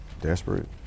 Desperate